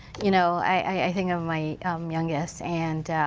you know i think of my youngest and